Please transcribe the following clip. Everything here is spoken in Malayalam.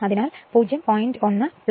അതിനാൽ 0